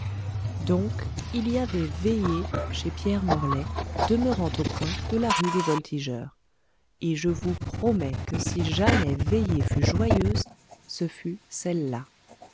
donc il y avait veillée chez pierre morlaix demeurant au coin de la rue des voltigeurs et je vous promets que si jamais veillée fut joyeuse ce fut celle-là